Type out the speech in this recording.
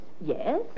Yes